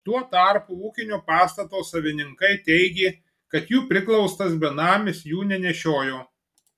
tuo tarpu ūkinio pastato savininkai teigė kad jų priglaustas benamis jų nenešiojo